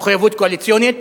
מחויבות קואליציונית.